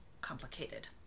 complicated